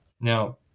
Now